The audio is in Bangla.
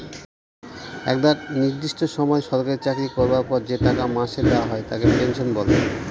একটা নির্দিষ্ট সময় সরকারি চাকরি করবার পর যে টাকা মাসে দেওয়া হয় তাকে পেনশন বলে